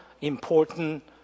important